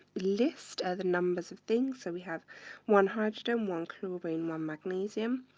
list the numbers of things. so we have one hydrogen, one chlorine, one magnesium.